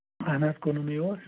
اَہن حظ کُنَُنَے اوس